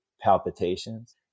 palpitations